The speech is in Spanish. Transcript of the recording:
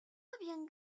habían